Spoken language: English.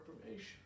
information